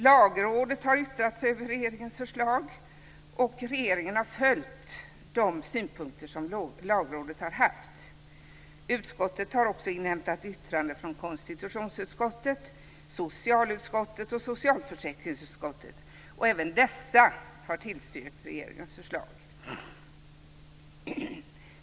Lagrådet har yttrat sig över regeringens förslag, och regeringen har följt de synpunkter som Lagrådet har haft. Utskottet har också inhämtat yttrande från konstitutionsutskottet, socialutskottet och socialförsäkringsutskottet, och även dessa har tillstyrkt regeringens förslag.